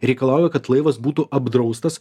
reikalauja kad laivas būtų apdraustas